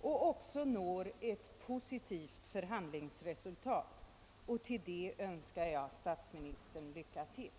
och når ett positivt förhandlingsresultat. Därvidlag önskar jag statsministern lycka till.